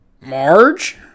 Marge